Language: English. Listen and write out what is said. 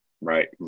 right